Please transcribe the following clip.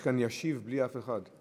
יש כאן "ישיב" בלי אף אחד.